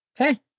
Okay